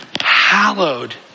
hallowed